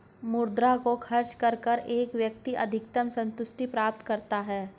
मुद्रा को खर्च करके एक व्यक्ति अधिकतम सन्तुष्टि प्राप्त करता है